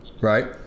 right